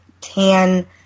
tan